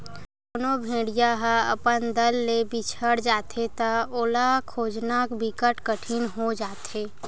कोनो भेड़िया ह अपन दल ले बिछड़ जाथे त ओला खोजना बिकट कठिन हो जाथे